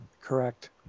Correct